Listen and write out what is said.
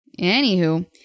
Anywho